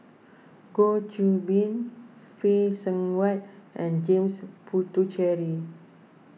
Goh Qiu Bin Phay Seng Whatt and James Puthucheary